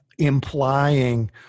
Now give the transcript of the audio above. implying